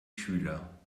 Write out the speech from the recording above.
schüler